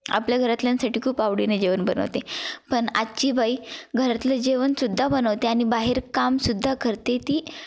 आपल्या घरातल्यांसाठी खूप आवडीने जेवण बनवते पण आजची बाई घरातलं जेवणसुद्धा बनवते आणि बाहेर कामसुद्धा करते ती